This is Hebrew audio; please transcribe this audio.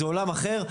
זה עולם אחר,